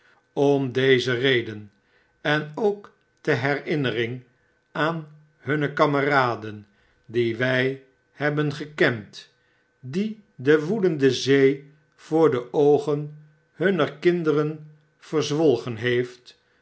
om deze reden en ook ter herinnering aan hunne kameraden die wy hebben gekend die de woedende zee voor de oogen hunner kinderen verzwolgen heeft